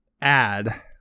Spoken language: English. add